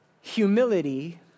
Humility